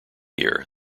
year